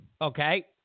Okay